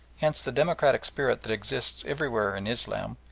hence the democratic spirit that exists everywhere in islam,